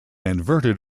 inverted